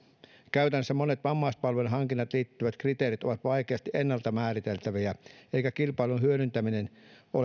käytännössä monet vammaispalvelujen hankintaan liittyvät kriteerit ovat vaikeasti ennalta määriteltäviä eikä kilpailun hyödyntäminen ole